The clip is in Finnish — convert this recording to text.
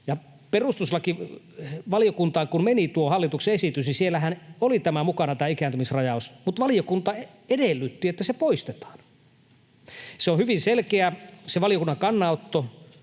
perustuslakivaliokuntaan meni tuo hallituksen esitys, niin siellähän oli mukana tämä ikääntymisrajaus, mutta valiokunta edellytti, että se poistetaan. Se valiokunnan kannanotto